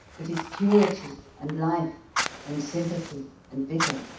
it is purity and life and sympathy and vigour.